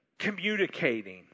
communicating